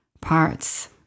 parts